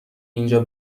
اینجا